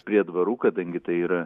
prie dvarų kadangi tai yra